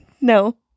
No